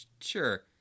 sure